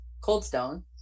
Coldstone